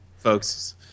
Folks